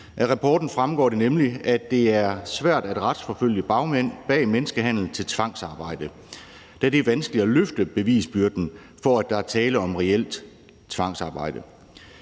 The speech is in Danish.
det nemlig, at det er svært at retsforfølge bagmænd bag menneskehandel til tvangsarbejde, da det er vanskeligt at løfte bevisbyrden for, at der er tale om reelt tvangsarbejde.